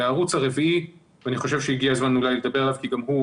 הערוץ הרביעי אני חשוב שהגיע הזמן לדבר עליו כי גם הוא